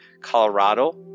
Colorado